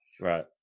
Right